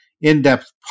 in-depth